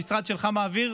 שהמשרד שלך מעביר,